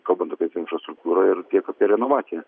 kalbant apie infrastruktūrą ir tiek apie renovaciją